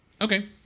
Okay